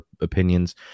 opinions